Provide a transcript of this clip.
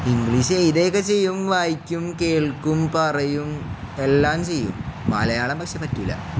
English എഴുതുകയൊക്കെ ചെയ്യും വായിക്കും കേൾക്കും പറയും എല്ലാം ചെയ്യും മലയാളം പക്ഷെ പറ്റില്ല